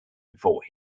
before